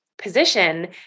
position